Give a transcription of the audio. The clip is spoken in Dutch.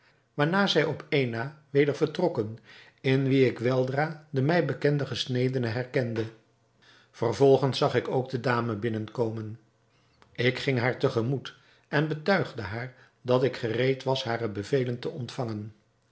waarna zij op één na weder vertrokken in wien ik weldra den mij bekenden gesnedene herkende vervolgens zag ik ook de dame binnen komen ik ging haar te gemoet en betuigde haar dat ik gereed was hare bevelen te ontvangen